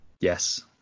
yes